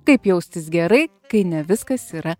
kaip jaustis gerai kai ne viskas yra